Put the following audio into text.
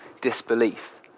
disbelief